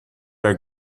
der